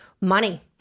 Money